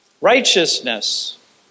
Righteousness